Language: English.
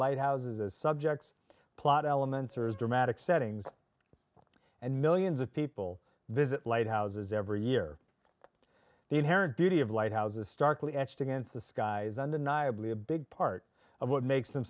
lighthouses as subjects plot elements or as dramatic settings and millions of people visit lighthouses every year the inherent beauty of lighthouses starkly etched against the sky is undeniably a big part of what makes them